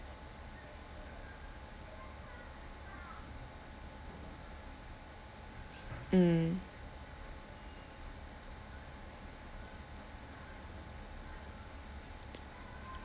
mm